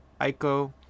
Aiko